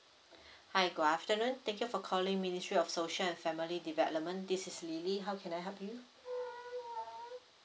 hi good afternoon thank you for calling ministry of social and family development this is lily how can I help you